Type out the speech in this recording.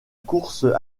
course